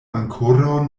ankoraŭ